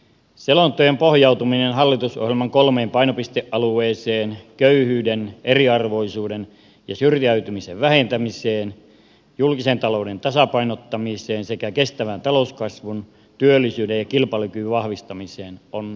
selonteon pohjautuminen hallitusohjelman kolmeen painopistealueeseen köyhyyden eriarvoisuuden ja syrjäytymisen vähentämiseen julkisen talouden tasapainottamiseen sekä kestävän talouskasvun työllisyyden ja kilpailukyvyn vahvistamiseen takaa hyvän pohjan